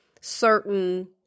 certain